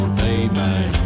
payback